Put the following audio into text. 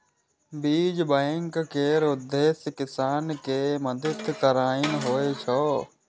बीज बैंक केर उद्देश्य किसान कें मदति करनाइ होइ छै